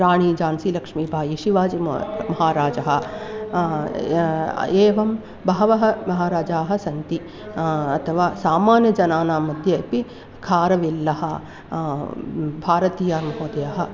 राणीजान्सीलक्ष्मीबाई शिवाजीमहाराजः म एवं बहवः महाराजाः सन्ति अथवा सामान्यजनानाम्मध्ये अपि खारवेल्लः भारतीयः महोदयः